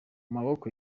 maboko